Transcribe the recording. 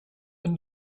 and